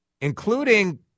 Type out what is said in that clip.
Including